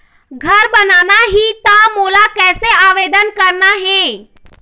घर बनाना ही त मोला कैसे आवेदन करना हे?